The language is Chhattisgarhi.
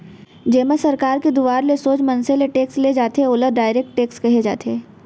जेमा सरकार के दुवारा सोझ मनसे ले टेक्स ले जाथे ओला डायरेक्ट टेक्स कहे जाथे